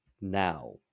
now